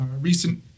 Recent